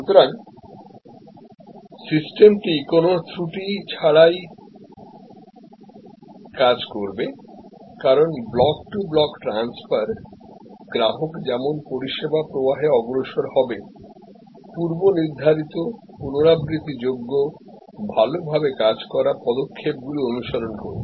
সুতরাং সিস্টেমটি কোনও ত্রুটি ছাড়াই কাজ করবে কারণ ব্লক টু ব্লক ট্রান্সফার গ্রাহক যেমন পরিষেবা প্রবাহে অগ্রসর হবে পূর্বনির্ধারিত পুনরাবৃত্তিযোগ্য ভালভাবে কাজ করা পদক্ষেপগুলি অনুসরণ করবে